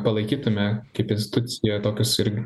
palaikytume kaip institucija tokius ir